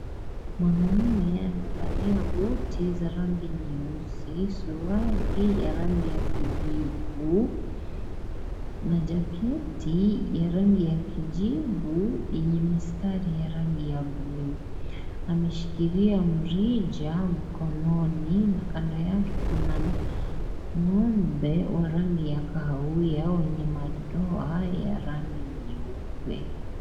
Mwanamume amevalia buti za rangi nyeusi, suruali hii ya rangi ya kijivu na jaketi ya rangi ya kijivu yenye mistari ya rangi ya bluu. Ameshikilia mrija mkononi na kando yake kuna ng'ombe wa rangi ya kahawia wenye madoa ya rangi nyeupe.